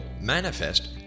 manifest